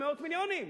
מאות מיליונים,